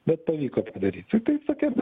bet pavyko tai padaryti tai tokie